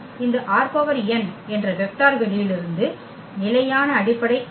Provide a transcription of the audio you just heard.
இந்த ℝn என்ற வெக்டர் வெளியிலிருந்து நிலையான அடிப்படைஆகும்